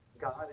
God